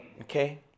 Okay